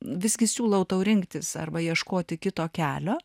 visgi siūlau tau rinktis arba ieškoti kito kelio